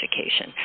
education